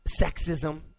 sexism